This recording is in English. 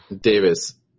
Davis